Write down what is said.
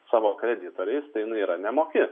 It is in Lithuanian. savo kreditoriais tai jinai yra nemoki